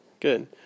good